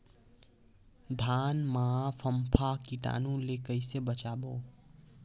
धान मां फम्फा कीटाणु ले कइसे बचाबो?